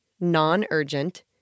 non-urgent